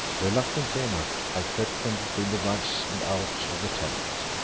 reluctantly enough i crept from between the rugs and out of the tent.